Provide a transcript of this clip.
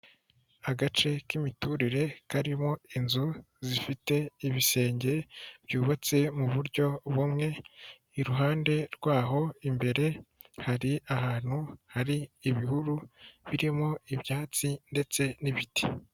Agace k'imiturire karimo inzu zifite ibisenge byubatse mu buryo bumwe, iruhande rwaho imbere hari ahantu hari ibihuru birimo ibyatsi ndetse n'ibiti.